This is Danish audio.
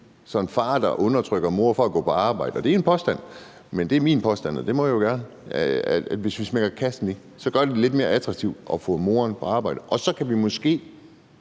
forhold til en far, der undertrykker moren med hensyn til at gå på arbejde? Og det er en påstand, men det er min påstand, og det må jeg jo gerne, men hvis vi smækker kassen i, gør det det lidt mere attraktivt at få moren på arbejde, og så kan vi måske